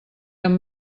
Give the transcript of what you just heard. amb